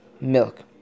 milk